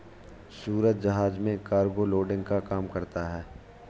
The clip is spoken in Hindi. सूरज जहाज में कार्गो लोडिंग का काम करता है